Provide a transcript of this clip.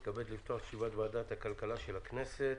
אני מתכבד לפתוח את ישיבת ועדת הכלכלה של הכנסת.